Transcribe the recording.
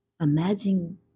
Imagine